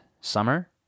summer